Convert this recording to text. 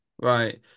Right